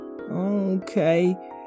Okay